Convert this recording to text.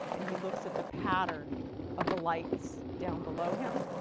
and he looks at the pattern of the lights down below him.